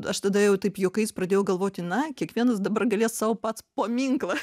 aš tada jau taip juokais pradėjau galvoti na kiekvienas dabar galės sau pats paminklą